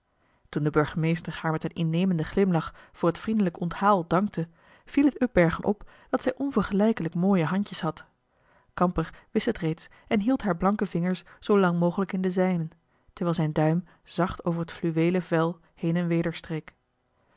toen de burgemeester haar met een innemenden glimlach voor het vriendelijk onthaal dankte viel het upbergen op dat zij onvergelijkelijk mooie handjes had kamper wist het reeds en hield haar blanke vingers zoo lang mogelijk in de zijnen terwijl zijn duim zacht over het fluweelen vel